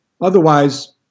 Otherwise